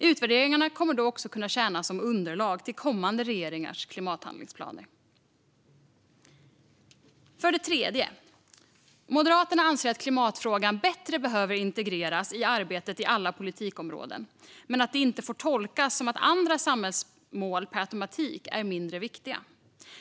Utvärderingarna kommer då också att kunna tjäna som underlag till kommande regeringars klimathandlingsplaner. För det tredje anser Moderaterna att klimatpolitiken bättre behöver integreras i arbetet på alla politikområden, men att det inte får tolkas som att andra samhällsmål per automatik är mindre viktiga.